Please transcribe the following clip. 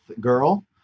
girl